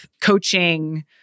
coaching